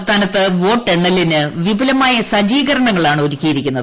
സംസ്ഥാനത്ത് വോട്ടെണ്ണലിന് വിപുലമായ സജ്ജീകരണങ്ങളാണ് ഒരുക്കിയിരിക്കുന്നത്